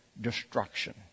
destruction